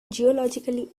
geologically